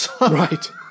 Right